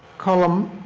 column